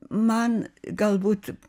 man galbūt